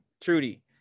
Trudy